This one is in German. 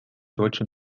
deutsche